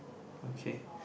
okay